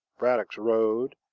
braddock's road,